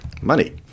Money